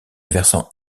versant